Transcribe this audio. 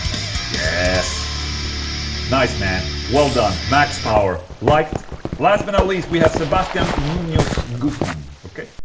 yeah nice, man well done, max power, liked last but not least we have sebastian munoz guzman, ok.